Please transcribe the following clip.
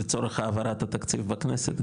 לצורך העברת התקציב בכנסת,